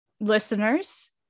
listeners